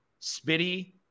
spitty